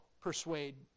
persuade